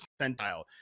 percentile